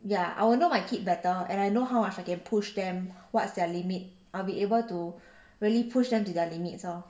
ya I will know my kid better and I know how much I can push them what's their limit I'll be able to really push them to their limits lor